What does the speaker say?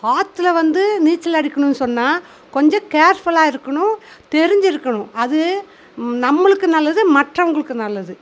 ஆற்றுல வந்து நீச்சல் அடிக்கணுன்னு சொன்னா கொஞ்சம் கேர்ஃபுலாக இருக்கணும் தெரிஞ்சுருக்கணும் அது நம்மளுக்கு நல்லது மற்றவங்களுக்கு நல்லது